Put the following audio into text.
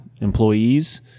employees